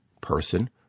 person